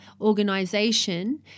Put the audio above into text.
organization